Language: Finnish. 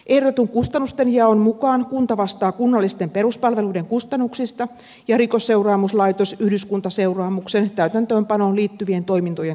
ehdotetun kustannustenjaon mukaan kunta vastaa kunnallisten peruspalveluiden kustannuksista ja rikosseuraamuslaitos yhdyskuntaseuraamuksen täytäntöönpanoon liittyvien toimintojen kustannuksesta